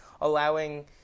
allowing